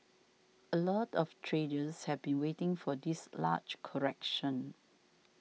a lot of traders have been waiting for this large correction